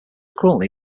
currently